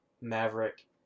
Maverick